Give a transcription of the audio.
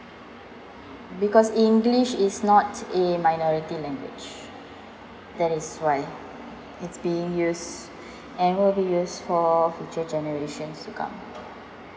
because english is not a minority language that is why it's being used and will be used for future generations to come